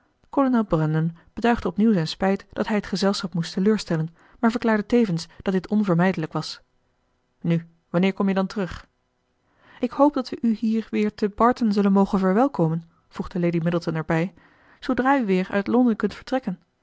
brandon betuigde opnieuw zijn spijt dat hij het gezelschap moest teleurstellen maar verklaarde tevens dat dit onvermijdelijk was nu wanneer kom je dan terug ik hoop dat we u hier weer te barton zullen mogen verwelkomen voegde lady middleton erbij zoodra u weer uit londen kunt vertrekken